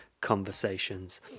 conversations